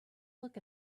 look